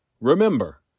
Remember